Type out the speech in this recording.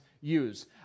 use